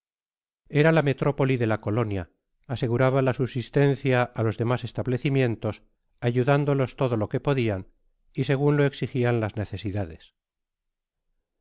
era la metrópoli de la colinia asegurabanla subsistencia á los doma establecimientos ayudándolos todo lo que podia y segun lo exigían las necesidades